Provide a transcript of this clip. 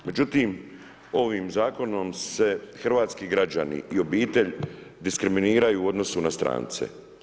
Međutim, ovim zakonom se hrvatski građani i obitelj diskriminiraju u odnosu na strance.